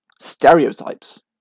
stereotypes